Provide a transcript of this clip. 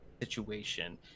situation